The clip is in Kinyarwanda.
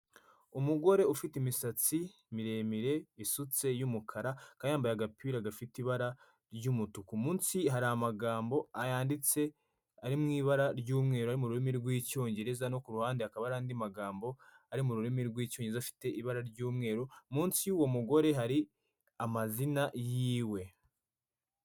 Umugore ufite imisatsi miremire isutse y'umukara akaba yambaye agapira gafite ibara ry'umutuku, munsi hari amagambo yanditse ari mu ibara ry'umweru mu rimi rw'icyongereza no ku ruhande hakaba ari andi magambo ari mu rurimi rw'icyongereza afite ibara ry'umweru munsi yuwo mugore hari amazina yiwe.